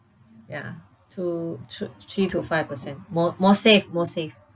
ya two t~ three two five percent more more safe more safe